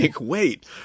wait